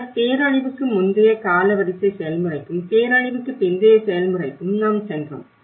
பின்னர் பேரழிவுக்கு முந்தைய காலவரிசை செயல்முறைக்கும் பேரழிவுக்கு பிந்தைய செயல்முறைக்கும் நாம் சென்றோம்